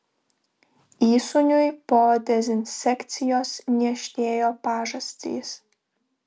įsūniui po dezinsekcijos niežtėjo pažastys